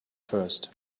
first